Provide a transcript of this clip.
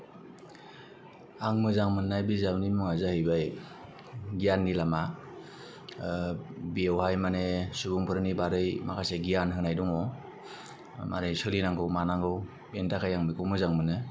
आं मोजां मोननाय बिजाबनि मुङा जाहैबाय गियाननि लामा बेवहाय मानि सुबुंफोरनि बारै माखासे गियान होनाय दङ मारै सोलिनांगौ मानांगौ बेनि थाखाय आं बेखौ मोजां मोनो